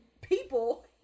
people